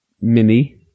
mini